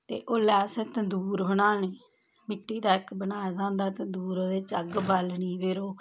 ते ओल्ले अस्स तंदूर बनाने मिट्टी दा एक्क बनाए दा होंदा इक तंदूर ओह्दे च अग्ग बालनी फिर ओह्